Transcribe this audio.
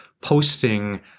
posting